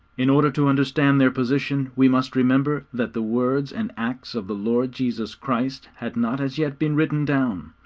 in order to understand their position we must remember that the words and acts of the lord jesus christ had not as yet been written down,